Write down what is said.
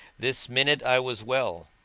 this minute i was well,